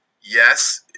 yes